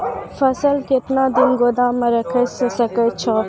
फसल केतना दिन गोदाम मे राखै सकै छौ?